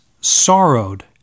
sorrowed